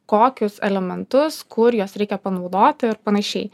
kokius elementus kur jos reikia panaudoti ir panašiai